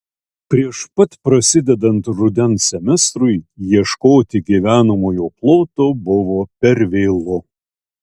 prieš pat prasidedant rudens semestrui ieškoti gyvenamojo ploto buvo per vėlu